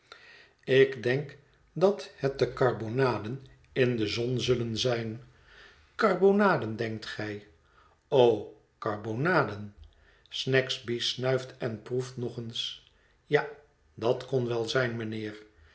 ik denk dat het de karbonaden in de zon zullen zijn karbonaden denkt gij o karbonaden snagsby snuift en proeft nog eens ja dat kon welzijn mijnheer